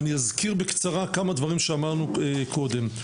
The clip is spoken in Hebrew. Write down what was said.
אני אזכיר בקצרה כמה דברים שאמרנו קודם.